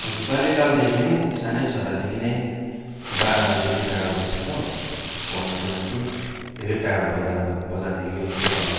हजुर बाल्यकालदेखि नै सानै छँदादेखि नै बा आमादेखि टाढो बसेको पढ्नुको निम्ति धेरै टाढो बजारमा बजारदेखि पनि निकै तल